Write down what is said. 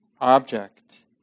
object